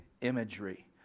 imagery